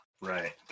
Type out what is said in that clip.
Right